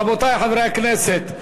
רבותי חברי הכנסת,